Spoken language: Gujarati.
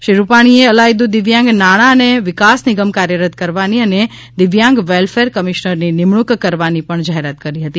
શ્રી રૂપાણીએ અલાયદુ દિવ્યાંગ નાણાં અને વિકાસ નિગમ કાર્યરત કરવાની અને દિવ્યાંગ વેલ્ફેર કમિશનરની નિમણૂંક કરવાની પણ જાહેરાત કરી હતી